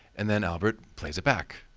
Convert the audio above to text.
and then albert plays it back.